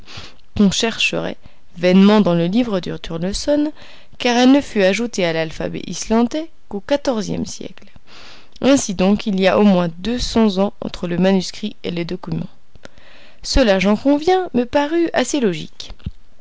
qu'on chercherait vainement dans le livre de turleson car elle ne fut ajoutée à l'alphabet islandais qu'au quatorzième siècle ainsi donc il y a au moins deux cents ans entre le manuscrit et le document cela j'en conviens me parut assez logique